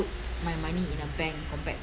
put my money in a bank compared